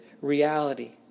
reality